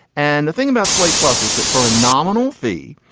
and the thing about slate plus is that for a nominal fee,